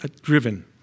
driven